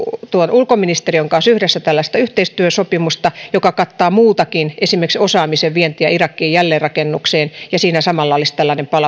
ulkoministeriön kanssa yhdessä yhteistyösopimusta joka kattaa muutakin esimerkiksi osaamisen vientiä irakin jälleenrakennukseen ja siinä samalla olisi tällainen palautussopimus